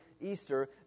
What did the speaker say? Easter